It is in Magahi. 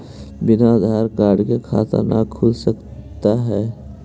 बिना आधार कार्ड के खाता न खुल सकता है?